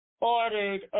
ordered